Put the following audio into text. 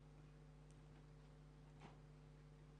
מבקש התייחסות אחרונה.